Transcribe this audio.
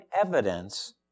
evidence